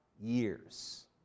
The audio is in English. years